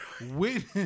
Wait